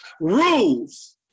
Rules